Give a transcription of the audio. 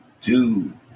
two